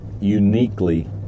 uniquely